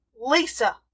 Lisa